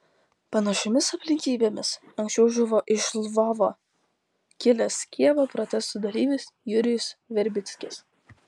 panašiomis aplinkybėmis anksčiau žuvo iš lvovo kilęs kijevo protestų dalyvis jurijus verbickis